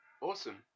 Awesome